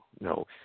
no